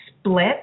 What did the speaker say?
split